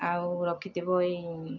ଆଉ ରଖିଥିବ ଏଇ